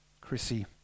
Chrissy